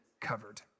covered